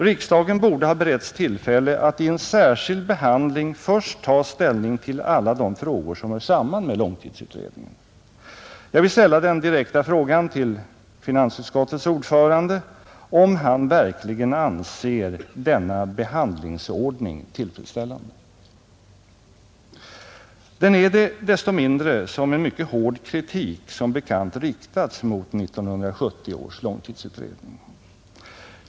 Riksdagen borde ha beretts tillfälle att i en särskild behandling först ta ställning till alla de frågor som hör samman med långtidsutredningen. Jag vill ställa den direkta frågan till finansutskottets ordförande om han verkligen anser denna behandlingsordning tillfredsställande. Den är det desto mindre som en mycket hård kritik som bekant riktats mot 1970 års långtidsutredning.